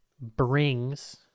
brings